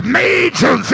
major